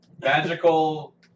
magical